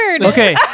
Okay